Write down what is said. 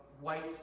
white